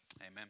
Amen